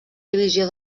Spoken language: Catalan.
divisió